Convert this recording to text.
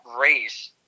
race